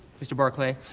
mr. barclay,